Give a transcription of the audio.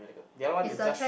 the other one is just